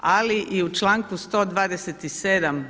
Ali i u članku 127.